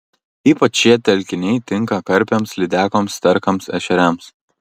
ypač šie telkiniai tinka karpiams lydekoms sterkams ešeriams